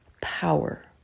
power